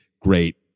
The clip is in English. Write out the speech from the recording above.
great